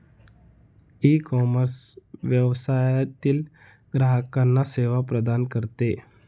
ecommerce व्यवसायातील ग्राहकांना सेवा प्रदान करते